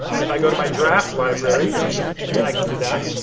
if i go to my draft library then i can do that.